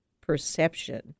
perception